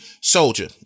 soldier